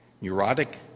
neurotic